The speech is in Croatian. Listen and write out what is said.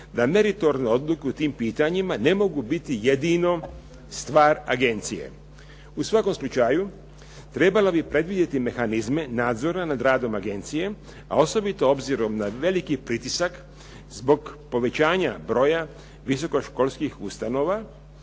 da meritornu odluku o tim pitanjima ne mogu biti jedino stvar agencije. U svakom slučaju, trebala bi predvidjeti mehanizme nadzora nad radom agencije, a osobito obzirom na veliki pritisak zbog povećanja broja visokoškolskih ustanova